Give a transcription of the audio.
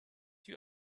you